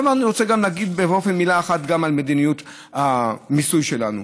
אני רוצה להגיד גם מילה אחת על מדיניות המיסוי שלנו.